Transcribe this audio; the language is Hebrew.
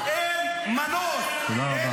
תודה רבה.